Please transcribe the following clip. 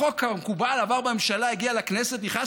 החוק, כמקובל, עבר בממשלה, הגיע לכנסת, נכנס